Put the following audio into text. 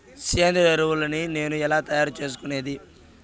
సేంద్రియ ఎరువులని నేను ఎలా తయారు చేసుకునేది?